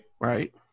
right